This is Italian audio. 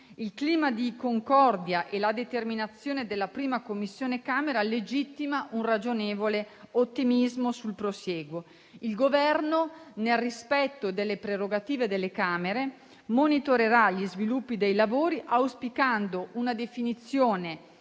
Il clima di concordia e la determinazione della I Commissione della Camera legittimano un ragionevole ottimismo sul prosieguo. Il Governo, nel rispetto delle prerogative delle Camere, monitorerà gli sviluppi dei lavori, auspicando una definizione